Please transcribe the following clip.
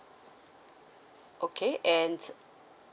okay and